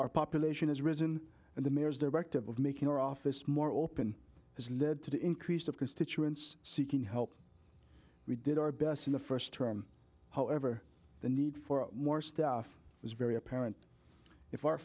our population has risen and the mayors directive of making our office more open has led to the increase of constituents seeking help we did our best in the first term however the need for more stuff is very apparent if our